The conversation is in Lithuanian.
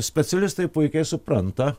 specialistai puikiai supranta